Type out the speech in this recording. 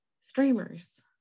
streamers